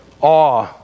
awe